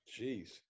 Jeez